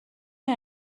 این